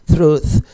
Truth